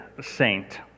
saint